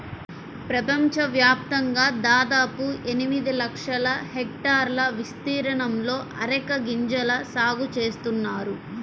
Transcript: ప్రపంచవ్యాప్తంగా దాదాపు ఎనిమిది లక్షల హెక్టార్ల విస్తీర్ణంలో అరెక గింజల సాగు చేస్తున్నారు